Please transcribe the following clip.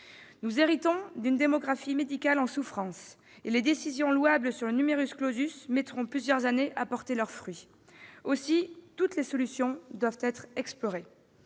Nous héritons d'une démographie médicale en souffrance, et les décisions louables sur le mettront plusieurs années à porter leurs fruits. Aussi toutes les solutions doivent-elles être explorées.